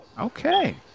Okay